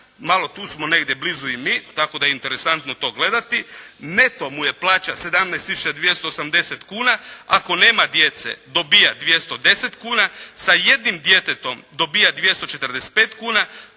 malo tu smo negdje blizu i mi, tako da je interesantno to gledati. Neto mu je plaća 17.280,00 kuna. Ako nema djece dobija 210 kuna, sa jednim djetetom dobija 245 kuna,